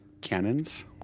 cannons